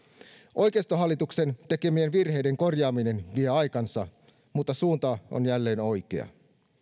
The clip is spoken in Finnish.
oikeistohallituksen tekemien virheiden korjaaminen vie aikansa mutta suunta on jälleen oikea